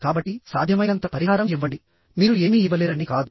కాబట్టి సాధ్యమైనంత పరిహారం ఇవ్వండి మీరు ఏమీ ఇవ్వలేరని కాదు